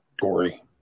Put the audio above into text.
gory